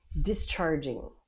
discharging